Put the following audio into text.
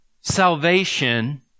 salvation